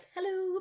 hello